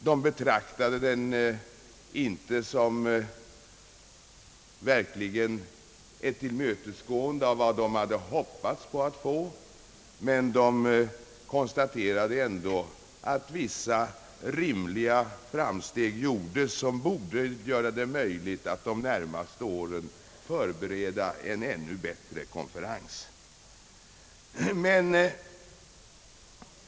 De betraktade den visserligen inte såsom ett tillmötesgående av vad de hade hoppats på att få, men de konstaterade ändå att vissa rimliga framsteg gjordes som borde göra det möjligt att de närmaste åren förbereda en bättre konferens.